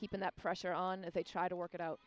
keeping that pressure on as they try to work it out